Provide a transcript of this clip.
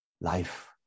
life